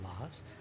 lives